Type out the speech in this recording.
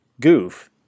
goof